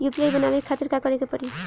UPI बनावे के खातिर का करे के पड़ी?